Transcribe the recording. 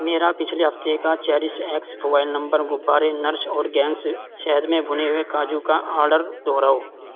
میرا پچھلے ہفتے کا چیریش ایکس فوائل نمبر غبارے نرش اورگینکس شہد میں بھنے ہوئے کاجو کا آرڈر دوہراؤ